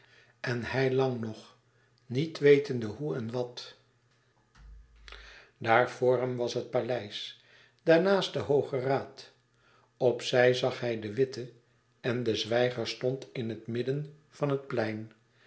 en hij lag nog niet wetende hoe en wat daar voor hem was het paleis daar naast de hooge raad op zij zag hij de witte en de zwijger stond in het midden van het plein